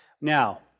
Now